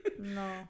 No